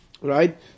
right